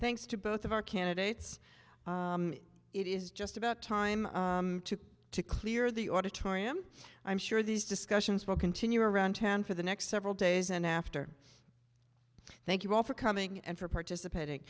thanks to both of our candidates it is just about time to clear the auditorium i'm sure these discussions will continue around town for the next several days and after thank you all for coming and for participating